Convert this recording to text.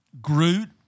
Groot